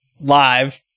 live